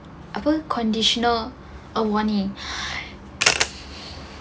apa conditional a warning